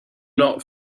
not